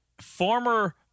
former